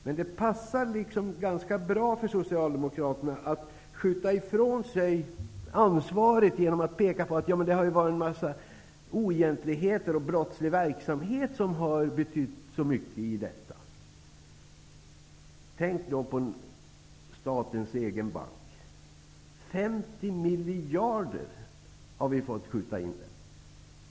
Men det passar ganska bra för socialdemokraterna att skjuta ifrån sig ansvaret genom att peka på att en mängd oegentligheter och brottslig verksamhet har haft stor betydelse. Tänk på statens egen bank. Där har man fått skjuta in 50 miljarder kronor.